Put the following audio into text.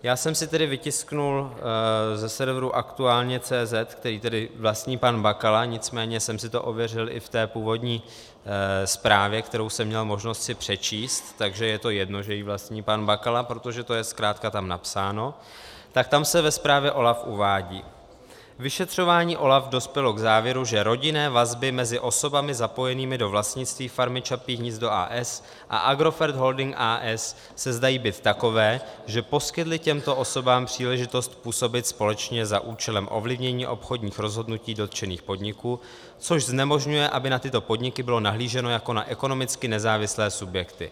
Já jsem si vytiskl ze serveru Aktuálně cz, který tedy vlastní pan Bakala, nicméně jsem si to ověřil i v té původní zprávě, kterou jsem měl možnost si přečíst, takže je to jedno, že ji vlastní pan Bakala, protože to je zkrátka tam napsáno, tak tam se ve zprávě OLAFu uvádí: Vyšetřování OLAFu dospělo k závěru, že rodinné vazby mezi osobami zapojenými do vlastnictví farmy Čapí hnízdo, a. s., a Agrofert holding, a. s., se zdají být takové, že poskytly těmto osobám příležitost působit společně za účelem ovlivnění obchodních rozhodnutí dotčených podniků, což znemožňuje, aby na tyto podniky bylo nahlíženo jako na ekonomicky nezávislé subjekty.